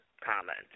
comment